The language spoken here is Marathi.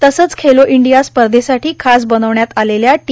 तसंच खेलो इंडिया स्पर्धेसाठी खास बनविण्यात आलेल्या टी